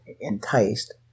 enticed